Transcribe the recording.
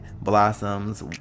blossoms